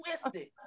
twisted